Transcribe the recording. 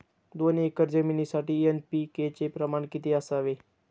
दोन एकर जमिनीसाठी एन.पी.के चे प्रमाण किती असावे?